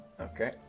Okay